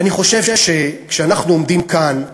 אני חושב שכשאנחנו עומדים כאן,